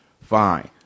Fine